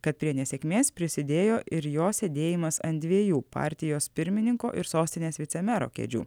kad prie nesėkmės prisidėjo ir jo sėdėjimas ant dviejų partijos pirmininko ir sostinės vicemero kėdžių